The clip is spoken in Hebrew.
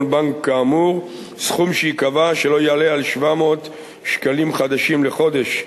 בנק כאמור סכום שייקבע שלא יעלה על 700 שקלים חדשים לחודש.